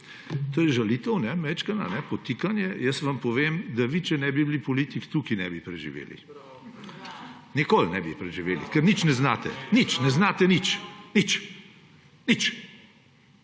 To je žalitev, majčkeno, podtikanje. Jaz vam povem, da vi, če ne bi bili politik, tukaj ne bi preživeli. Nikoli ne bi preživeli, ker nič ne znate. Nič. Ne znate nič! Nič! Nič!